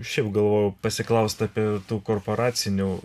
šiaip galvojau pasiklaust apie tų korporacinių